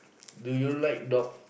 do you like dog